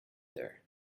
there